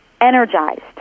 energized